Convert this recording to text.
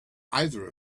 either